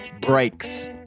breaks